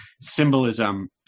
symbolism